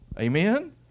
Amen